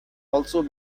also